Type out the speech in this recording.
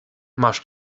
masz